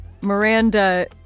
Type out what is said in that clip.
Miranda